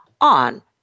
on